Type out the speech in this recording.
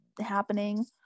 happening